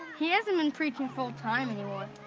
he hasn't been preaching full time anymore.